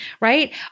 right